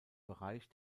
bereich